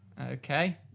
Okay